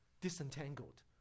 disentangled